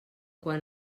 quan